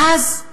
ואז,